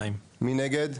2 נגד,